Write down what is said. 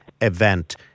event